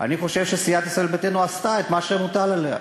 אני חושב שסיעת ישראל ביתנו עשתה את מה שמוטל עליה,